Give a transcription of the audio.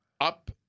up